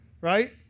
right